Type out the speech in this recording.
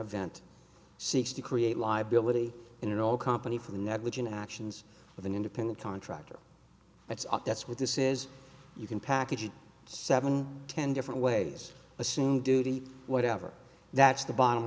event seeks to create liability in all company for the negligent actions with an independent contractor that's up that's what this is you can package it seven ten different ways the same duty whatever that's the bottom